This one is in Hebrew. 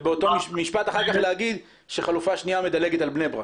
ובאותו משפט אחר כך להגיד שחלופה שנייה מדלגת על בני ברק.